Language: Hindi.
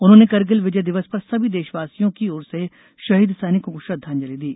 उन्होंने करगिल विजय दिवस पर सभी देशवासियों की ओर से शहीद सैनिकों को श्रद्वांजलि दी